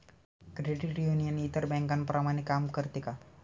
Credit union इतर बँकांप्रमाणे काम करते का?